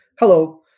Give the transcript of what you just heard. Hello